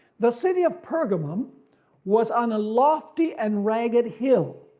the city of pergamum was on a lofty and ragged hill.